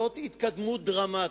זאת התקדמות דרמטית,